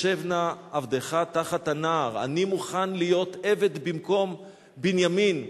"ישב נא עבדך תחת הנער" אני מוכן להיות עבד במקום בנימין.